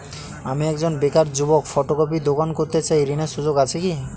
আমি একজন বেকার যুবক ফটোকপির দোকান করতে চাই ঋণের সুযোগ আছে কি?